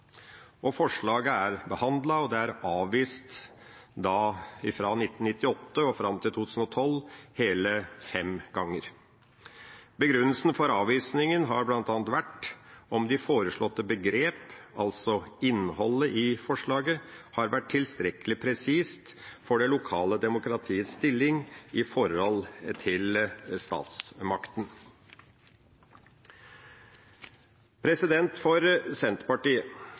og forslaget er behandlet – og det er avvist – fra 1998 og fram til 2012 hele fem ganger. Begrunnelsen for avvisningen har bl.a. vært om de foreslåtte begrepene, altså innholdet i forslaget, har vært tilstrekkelig presise for det lokale demokratiets stilling i forhold til statsmakten.